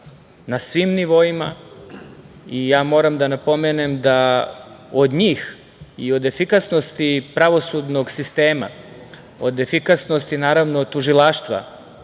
na svim nivoima. Moram da napomenem da od njih i od efikasnosti pravosudnog sistema, od efikasnosti naravno, tužilaštva,